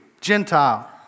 Gentile